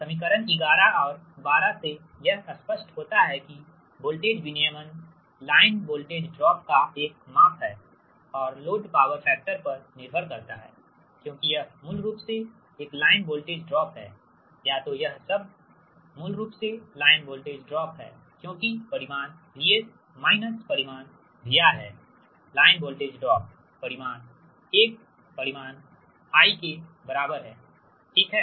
समीकरण 11 और 12 से यह स्पष्ट होता है कि वोल्टेज विनियमन लाइन वोल्टेज ड्रॉप का एक माप है और लोड पावर फैक्टर पर निर्भर करता है क्योंकि यह मूल रूप से एक लाइन वोल्टेज ड्रॉप है या तो यह शब्द या यह मूल रूप से लाइन वोल्टेज ड्रॉप है क्योंकि परिमाण VS माइनस परिमाण VR है लाइन वोल्टेज ड्रॉप परिमाण I के बराबर हैठीक है